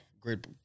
Great